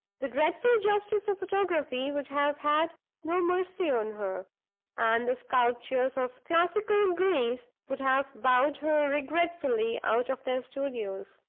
the dreadful justice of photography would have had no mercy on her and the sculptors of classical greece would have bowed her regretfully out of their studios.